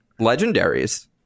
legendaries